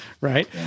Right